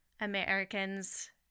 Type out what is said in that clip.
Americans